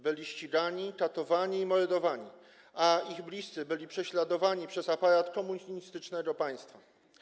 Byli ścigani, tratowani i mordowani, a ich bliscy byli prześladowani przez aparat komunistycznego państwa.